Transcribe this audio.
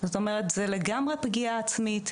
זאת אומרת זה לגמרי פגיעה עצמית,